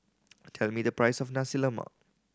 tell me the price of Nasi Lemak